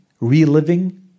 reliving